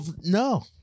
No